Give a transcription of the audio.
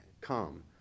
come